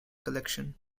collection